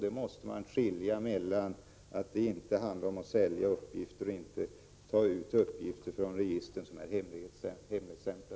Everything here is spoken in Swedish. Det handlar inte om att sälja uppgifter eller om att ta ut uppgifter från register som är hemligstämplade.